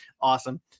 awesome